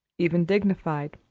even dignified.